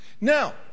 now